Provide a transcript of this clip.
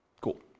Cool